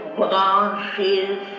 branches